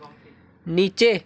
নিচে